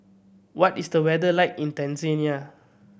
what is the weather like in Tanzania